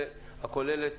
רפורמה שכוללת